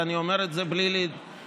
ואני אומר את זה בלי להתבייש,